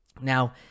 Now